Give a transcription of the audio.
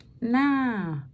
Nah